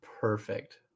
perfect